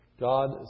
God